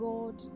God